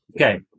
Okay